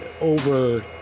over